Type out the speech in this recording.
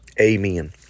Amen